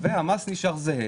והמס נשאר זהה.